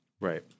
Right